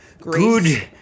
good